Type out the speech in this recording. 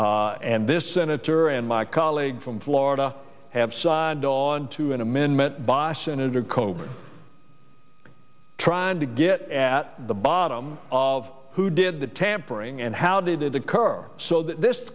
this and this senator and my colleague from florida have signed on to an amendment by senator coburn trying to get at the bottom of who did the tampering and how did it occur so that this